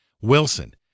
Wilson